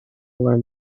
learn